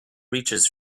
reaches